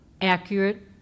accurate